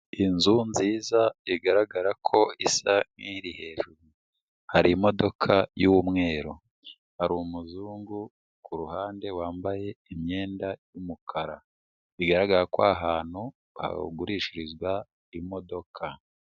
Inzu nziza, bigaragara ko isa n'iri hejuru, hari imodoka y'umweru, hari umuzungu kuruhande wambaye imyenda y'umukara. Bigaragara ko aha hantu hagurishirizwa imodoka.